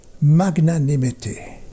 magnanimity